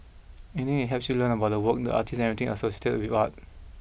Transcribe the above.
any that helps you learn about the work the artist everything associated with art